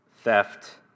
theft